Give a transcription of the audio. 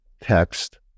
text